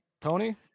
Tony